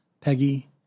Peggy